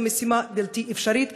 זו משימה בלתי אפשרית.